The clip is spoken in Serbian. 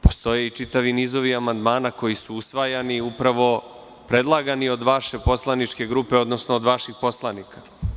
Postoje i čitavi nizovi amandmana koji su usvajani, upravo predlagani od vaše poslaničke grupe, odnosno od vaših poslanika.